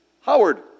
Howard